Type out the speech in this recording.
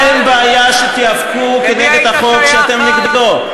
אין בעיה שתיאבקו נגד החוק שאתם נגדו,